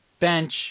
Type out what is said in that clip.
Bench